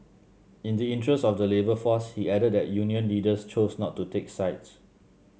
in the interest of the labour force he added that union leaders chose not to take sides